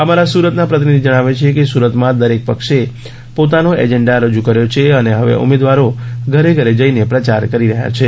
અમારા સુરતના પ્રતિનિધી જણાવે છે કે સુરતમાં દરેક પક્ષે પોતાનો એજન્ડા રજુ કર્યો છે અને હવે ઉમેદવારો ઘરે જઇને પ્રચાર કરી રહ્યા છે